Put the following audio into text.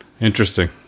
Interesting